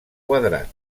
quadrat